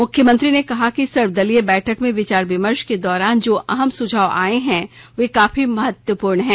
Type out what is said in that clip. मुख्यमंत्री ने कहा कि सर्वदलीय बैठक में विचार विमर्श के दौरान जो अहम सुझाव आए हैं वे काफी महत्वपूर्ण हैं